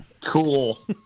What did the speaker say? Cool